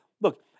Look